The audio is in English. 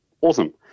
Awesome